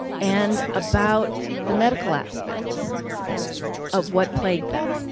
and about the medical aspects of what plagued them.